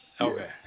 Okay